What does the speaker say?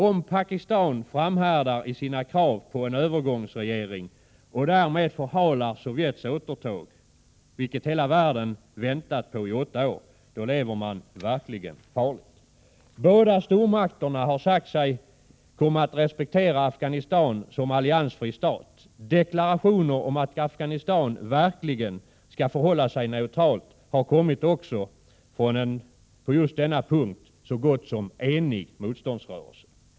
Om Pakistan framhärdar i sina krav på en övergångsregering och därmed förhalar Sovjets återtåg, vilket hela världen väntat på i åtta år, lever man verkligen farligt. Båda stormakterna har sagt sig komma att respektera Afghanistan som alliansfri stat. Deklarationer om att Afghanistan verkligen skall förhålla sig neutralt har kommit också från en på just denna punkt så gott som enig motståndsrörelse.